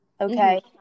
Okay